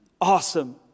Awesome